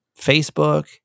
Facebook